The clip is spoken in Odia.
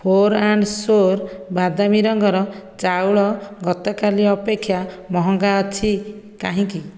ଫୋର୍ ଆଣ୍ଡ ସୋର୍ ବାଦାମୀ ରଙ୍ଗର ଚାଉଳ ଗତକାଲି ଅପେକ୍ଷା ମହଙ୍ଗା ଅଛି କାହିଁକି